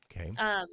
Okay